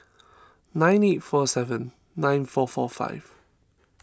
nine eight four seven nine four four five